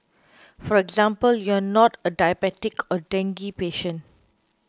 for example you are not a diabetic or dengue patient